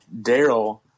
Daryl